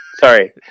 Sorry